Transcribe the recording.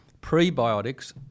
Prebiotics